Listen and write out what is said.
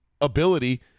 ability